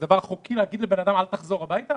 זה דבר חוקי להגיד לאדם לא לחזור הביתה